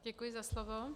Děkuji za slovo.